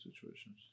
situations